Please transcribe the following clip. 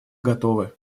готовы